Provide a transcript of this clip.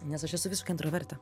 nes aš esu visiška intravertė